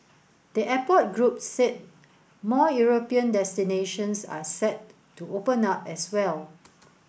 the airport group said more European destinations are set to open up as well